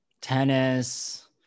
tennis